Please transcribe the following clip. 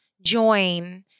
join